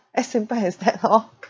as simple as that lor